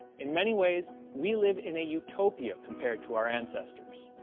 in many ways we live in a utopia compared to our ancestors.